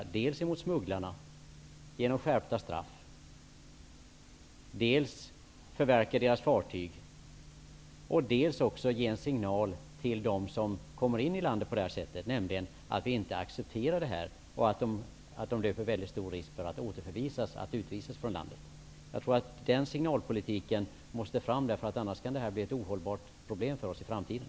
Vi måste reagera mot smugglarna med skärpta straff och genom att förverka deras fartyg. Vi måste också ge en signal till dem som kommer in i landet på det här sättet om att vi inte accepterar det här och att de löper mycket stor risk att utvisas från landet. Jag tror att en sådan signalpolitik måste fram, för att det här inte skall bli ett ohållbart problem för oss i framtiden.